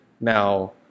Now